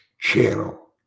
channel